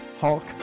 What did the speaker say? Hulk